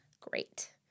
great